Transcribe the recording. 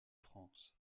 france